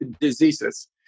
diseases